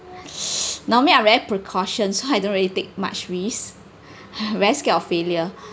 normally I very precautions so I don't really take much risk very scared of failure